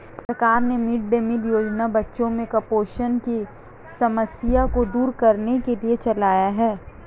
सरकार ने mid day meal योजना बच्चों में कुपोषण की समस्या को दूर करने के लिए चलाया है